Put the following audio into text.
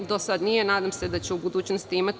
Do sada nije, a nadam se da će u budućnosti imati.